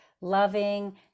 loving